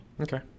Okay